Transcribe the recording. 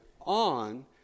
on